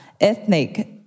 ethnic